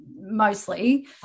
mostly